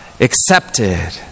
accepted